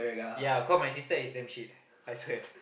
ya cause my sister is damm shit I swear